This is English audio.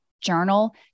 journal